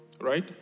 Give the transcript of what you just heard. Right